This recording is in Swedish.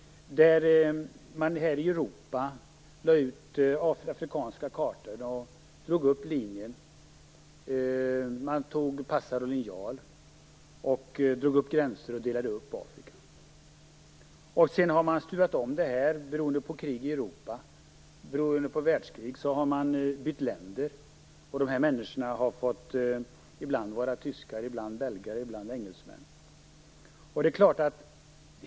Man satt då i Europa och ritade de afrikanska kartorna och drog upp linjer med passare och linjal. Man drog gränser och delade upp Afrika. Sedan har detta stuvats om beroende på krig i Europa och på världskrig. Man har bytt länder, och dessa människor har ibland fått vara tyskar, ibland belgare och ibland engelsmän.